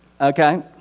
Okay